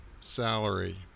salary